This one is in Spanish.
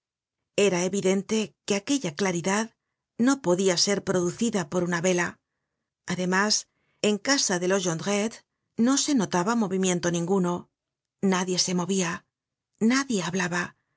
era evidente que aquella claridad no podia ser producida por una vela además en casa de los jondrette no se notaba movimiento nia guno nadie se movia nadie hablaba